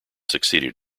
succeeded